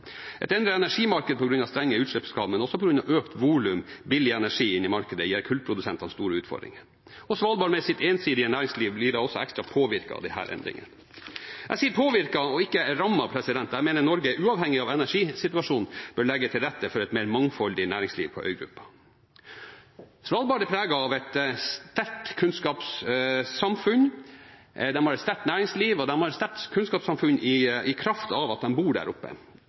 Et endret energimarked på grunn av strengere utslippskrav og på grunn av et økt volum av billigere energi i markedet gir kullprodusentene store utfordringer. Svalbard, med sitt ensidige næringsliv, blir da også ekstra påvirket av disse endringene. Jeg sier «påvirket» og ikke «rammet», da jeg mener Norge, uavhengig av energisituasjonen, bør legge til rette for et mer mangfoldig næringsliv på øygruppa. Svalbard er et sterkt kunnskapssamfunn. De har et sterkt næringsliv, og det er et sterkt kunnskapssamfunn i kraft av dem som bor og virker der.